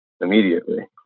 immediately